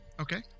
Okay